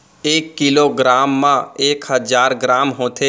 एक kilogram मा एक हजार ग्राम होथे